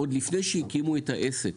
עוד לפני שהקימו את העסק.